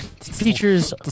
features